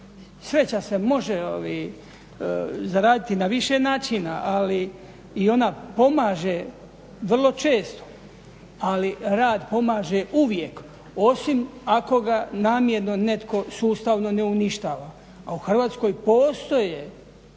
Sreća se može zaraditi na više načina, ali ona i pomaže vrlo često, ali rad pomaže uvijek osim ako ga namjerno netko sustavno ne uništava. A u Hrvatskoj postoje